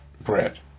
bread